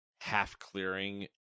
half-clearing